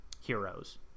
heroes